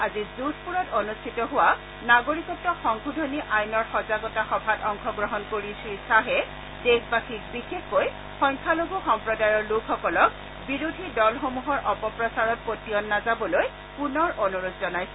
আজি যোধপুৰত অনুষ্ঠিত হোৱা নাগৰিকত্ব সংশোধনী আইনৰ সজাগতা সভাত অংশগ্ৰহণ কৰি শ্ৰীশ্বাহে দেশবাসীক বিশেষকৈ সংখ্যালঘু সম্প্ৰদায়ৰ লোকসকলক বিৰোধী দলসমূহৰ অপপ্ৰচাৰত প্ৰতিয়ন নাযাবলৈ পুনৰ অনুৰোধ জনাইছে